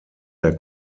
der